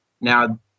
Now